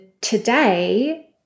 today